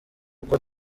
uko